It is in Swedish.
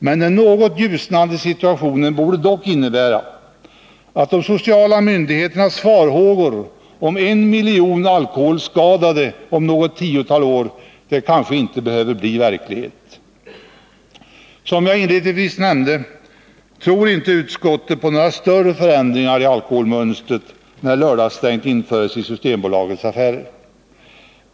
Men den något ljusnande situationen borde dock innebära att de sociala myndigheternas farhågor om en miljon alkoholskadade om ett tiotal år, kanske inte behöver bli verklighet. Som jag inledningsvis nämnde tror inte utskottet på några större förändringar i alkoholmönstret när lördagsstängt införs i Systembolagets butiker.